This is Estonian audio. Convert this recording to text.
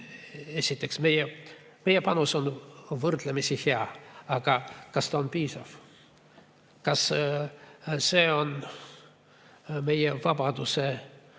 suur. Meie panus on võrdlemisi hea, aga kas ta on piisav? Kas see on meie vabaduse